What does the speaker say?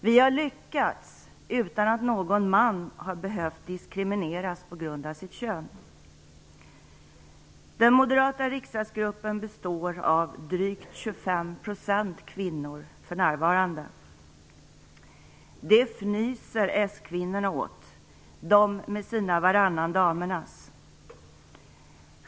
Vi har lyckats utan att någon man har behövt diskrimineras på grund av sitt kön. Den moderata riksdagsgruppen består för närvarande av drygt 25 % kvinnor. Det fnyser de socialdemokratiska kvinnorna åt, de med sina "varannan damernas".